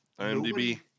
IMDb